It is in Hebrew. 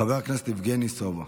חבר הכנסת יבגני סובה,